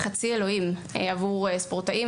הוא חצי אלוהים עבור ספורטאים,